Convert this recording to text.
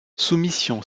soumission